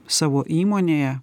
savo įmonėje